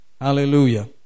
Hallelujah